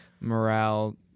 morale